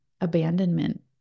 abandonment